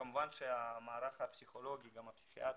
כמובן שזה מצריך שנתגבר את המערך הפסיכולוגי והפסיכיאטרי.